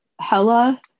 Hella